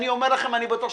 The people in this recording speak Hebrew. אני בטוח,